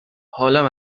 حالم